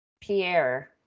Pierre